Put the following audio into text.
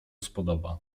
spodoba